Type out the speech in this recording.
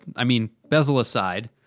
i mean, bezel aside,